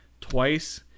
twice